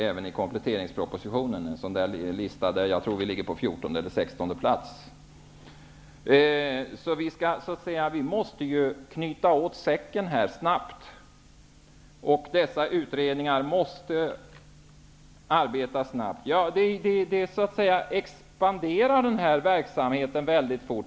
Även i kompletteringspropositionen finns en sådan lista. Jag tror att vi där ligger på 14 eller 16 plats. Vi måste så att säga snabbt knyta åt säcken, och utredningarna måste arbeta snabbt. Den här verksamheten expanderar ju väldigt fort.